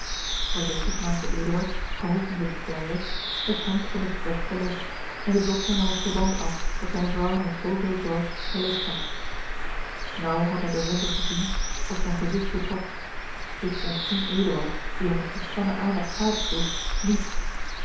voorzigtig maakte eduard geholpen door de pleyes het hemd van den gekwetste los en de doctor nam het verband af dat zijne vrouw met zoo veel zorg gelegd had naauw had hij de wonde gezien of zijn gezigt betrok dit ontging eduard die hem met gespannen aandacht gadesloeg niet